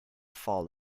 fall